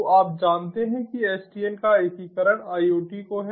तो आप जानते हैं कि SDN का एकीकरण IoT को है